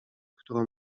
którą